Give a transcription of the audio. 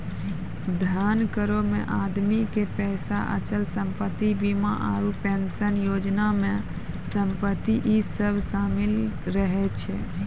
धन करो मे आदमी के पैसा, अचल संपत्ति, बीमा आरु पेंशन योजना मे संपत्ति इ सभ शामिल रहै छै